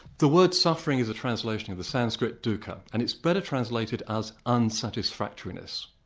the word suffering is a translation of the sanskrit, dukkha, and it's better translated as unsatisfactoriness.